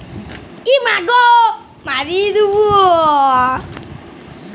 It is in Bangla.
পরতিবল্ধী মালুসদের জ্যনহে স্বাস্থ্য আর আলেদা বিষয়ে যে উয়ারা বীমা পায়